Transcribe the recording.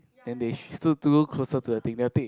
then they to go closer to the thing they'll take